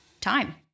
time